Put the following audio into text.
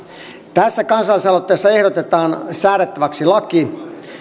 tässä kansalaisaloitteessa ehdotetaan säädettäväksi laki